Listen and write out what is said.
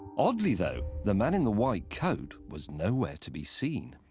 oddly, though, the man in the white coat was nowhere to be seen.